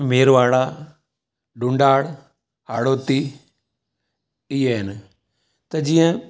मेरवाड़ा डुंडाड़ हाड़ौती इए आहिनि त जीअं